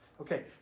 Okay